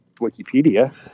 wikipedia